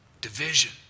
division